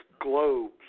globes